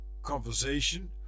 conversation